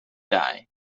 die